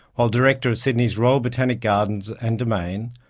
while director of sydney's royal botanic gardens and domain,